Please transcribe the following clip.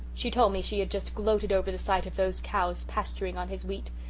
she told me she had just gloated over the sight of those cows pasturing on his wheat.